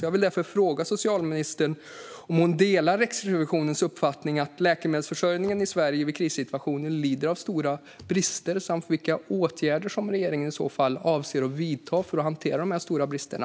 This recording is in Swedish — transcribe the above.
Jag vill därför fråga socialministern om hon delar Riksrevisionens uppfattning att läkemedelsförsörjningen i Sverige vid krissituationer lider av stora brister samt vilka åtgärder som regeringen i så fall avser att vidta för att hantera de stora bristerna.